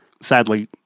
sadly